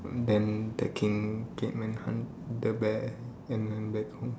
then the king came and hunt the bear and the bear